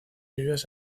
lluvias